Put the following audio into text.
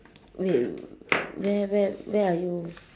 wait w~ where where where are you